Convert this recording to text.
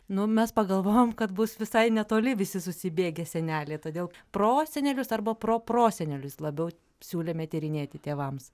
nu mes pagalvojom kad bus visai netoli visi susibėgę seneliai todėl prosenelius arba proprosenelis labiau siūlėme tyrinėti tėvams